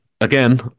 again